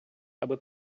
аби